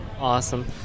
Awesome